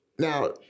Now